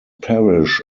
parish